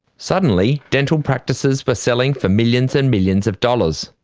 suddenly dental practices were selling for millions and millions of dollars,